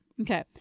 Okay